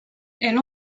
elle